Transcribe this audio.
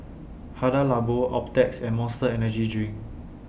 Hada Labo Optrex and Monster Energy Drink